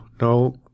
no